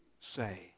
say